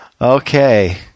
Okay